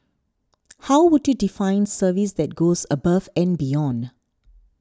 how would you define service that goes above and beyond